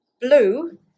blue